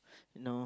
no